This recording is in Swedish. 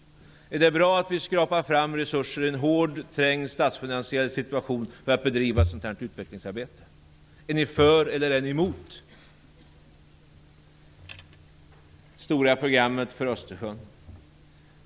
Är det bra att vi skrapar fram resurser i en hård och trängd statsfinansiell situation för att bedriva ett sådant utvecklingsarbete? Är ni för, eller är ni emot det stora programmet för Östersjön?